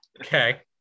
okay